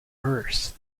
hers